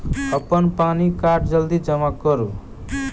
अप्पन पानि कार्ड जल्दी जमा करू?